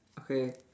okay